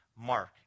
mark